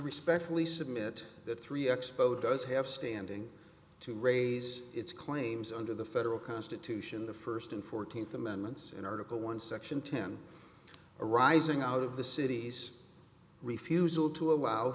respectfully submit the three expo does have standing to raise its claims under the federal constitution the first and fourteenth amendments in article one section ten arising out of the city's refusal to allow